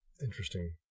interesting